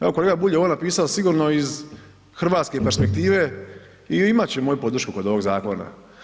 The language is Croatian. Evo kolega Bulj je ovo napisao sigurno iz hrvatske perspektive, i imat će moju podršku kod ovoga Zakona.